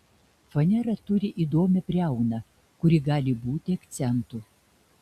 fanera turi įdomią briauną kuri gali būti akcentu